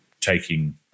taking